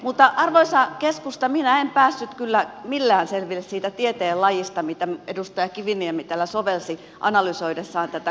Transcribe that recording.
mutta arvoisa keskusta minä en päässyt kyllä millään selville siitä tieteenlajista mitä edustaja kiviniemi täällä sovelsi analysoidessaan tätä kuntaliitosta